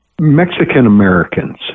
Mexican-Americans